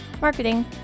marketing